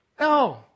No